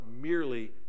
merely